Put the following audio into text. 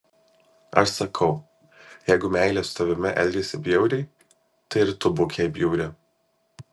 aš sakau jeigu meilė su tavimi elgiasi bjauriai tai ir tu būk jai bjauri